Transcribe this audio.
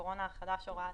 שלום לכולם.